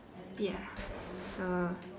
ya so